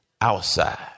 outside